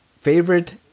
favorite